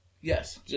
Yes